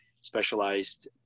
specialized